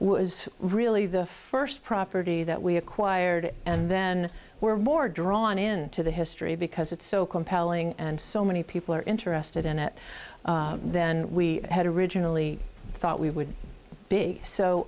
was really the first property that we acquired and then we're more drawn into the history because it's so compelling and so many people are interested in it then we had originally thought we would be so